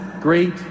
great